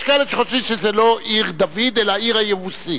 יש כאלה שחושבים שזה לא עיר-דוד אלא עיר היבוסי,